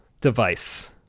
device